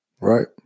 right